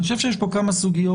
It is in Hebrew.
יש פה כמה סוגיות